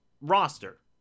roster